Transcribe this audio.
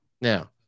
now